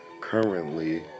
currently